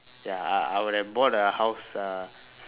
ya I I would have bought a house uh